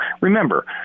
Remember